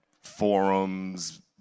forums